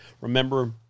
Remember